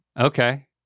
Okay